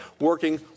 working